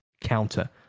counter